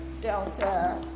Delta